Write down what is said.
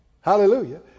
Hallelujah